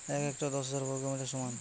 এক হেক্টর দশ হাজার বর্গমিটারের সমান